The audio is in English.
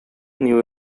new